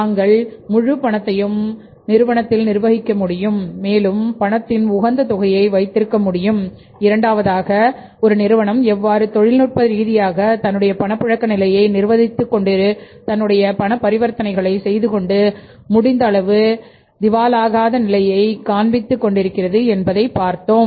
நாங்கள் முழு பணத்தையும் நிறுவனத்தில் நிர்வகிக்க முடியும் மேலும் பணத்தின் உகந்த தொகையை வைத்திருக்க முடியும் இரண்டாவதாக ஒரு நிறுவனம் எவ்வாறு தொழில்நுட்ப ரீதியாக தன்னுடைய பணப்புழக்க நிலையை நிர்வகித்துக் கொண்டு தன்னுடைய பண பரிவர்த்தனைகளை செய்துகொண்டு முடித்த நொடித்து போகாத நிலையை காண்பிக்கிறது என்று பார்த்தோம்